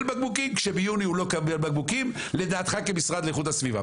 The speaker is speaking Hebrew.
בקבוקים כשביוני הוא לא מקבל בקבוקים לדעתך כמשרד לאיכות הסביבה.